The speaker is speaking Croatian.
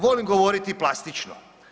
Volim govoriti plastično.